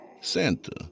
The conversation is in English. Santa